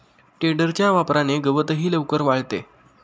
टेडरच्या वापराने गवतही लवकर वाळते